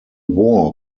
war